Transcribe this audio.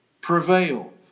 prevail